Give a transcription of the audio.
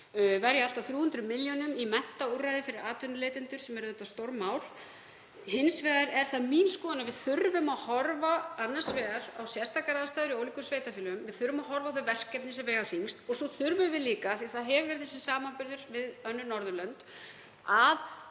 verja allt að 300 milljónum í menntaúrræði fyrir atvinnuleitendur sem er auðvitað stórmál. Hins vegar er það mín skoðun að við þurfum að horfa annars vegar á sérstakrar aðstæður í ólíkum sveitarfélögum og horfa á þau verkefni sem vega þyngst og svo þurfum við líka, af því að það hefur verið þessi samanburður við önnur Norðurlönd, að